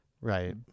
Right